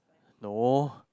no